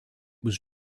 was